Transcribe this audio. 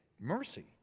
Mercy